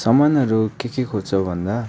सामानहरू के के खोज्छौँ भन्दा